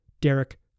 Derek